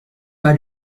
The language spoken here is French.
pas